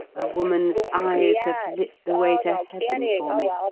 a woman's eyes have lit the way to heaven for me.